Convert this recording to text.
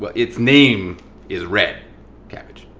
but it's name is red cabbage.